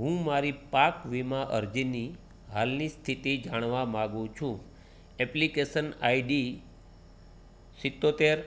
હું મારી પાક વીમા અરજીની હાલની સ્થિતિ જાણવા માંગુ છું એપ્લિકેશન આઈડી સીત્તોતેર